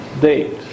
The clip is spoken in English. date